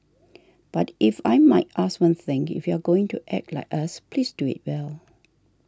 but if I might ask one thing if you are going to act like us please do it well